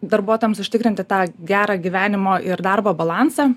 darbuotojams užtikrinti tą gerą gyvenimo ir darbo balansą